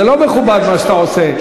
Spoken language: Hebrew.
זה לא מכובד מה שאתה עושה.